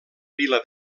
vila